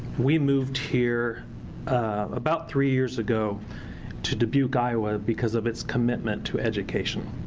we moved here about three years ago to dubuque, iowa because of it's commitment to education.